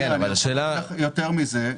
אף יותר מזה,